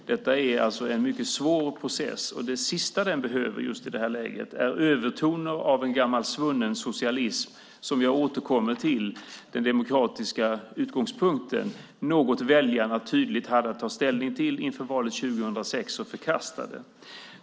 Detta är en mycket svår process, och det sista den behöver i det här läget är övertoner av en gammal svunnen socialism som vi har återkommit till, den demokratiska utgångspunkten, något väljarna tydligt hade att ta ställning till inför valet 2006 och förkastade.